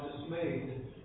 dismayed